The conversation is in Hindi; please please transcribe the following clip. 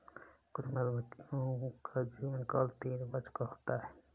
कुछ मधुमक्खियों का जीवनकाल तीन वर्ष का होता है